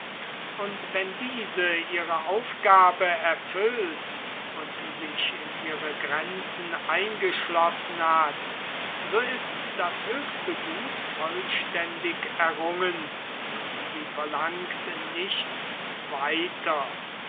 und wenn diese ihre aufgabe erfüllt und sich in ihre grenzen eingeschlossen hat so ist das höchste gut vollständig errungen und sie verlangt nichts weiter